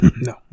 No